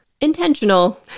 intentional